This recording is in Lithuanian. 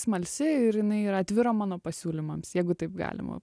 smalsi ir jinai yra atvira mano pasiūlymams jeigu taip galima